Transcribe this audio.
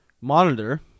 monitor